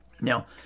Now